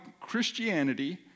Christianity